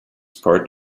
part